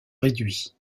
réduit